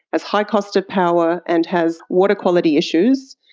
has high costed power and has water quality issues.